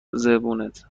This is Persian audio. زبونت